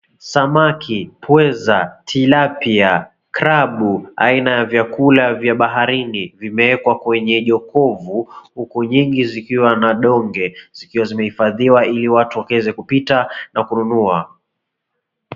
Samaki, pweza, tilapia, krabu aina ya vyakula vya baharini vimewekwa kwenye jokovu huku nyingi zikiwa na donge zikiwa zimehifadhiwa ili watu wakieza kupita na kununua.